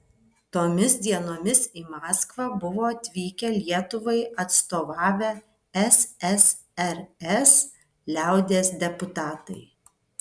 tomis dienomis į maskvą buvo atvykę lietuvai atstovavę ssrs liaudies deputatai